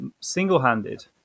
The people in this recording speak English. single-handed